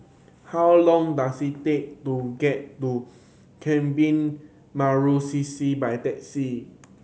how long does it take to get to Kebun Baru C C by taxi